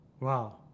Wow